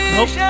Nope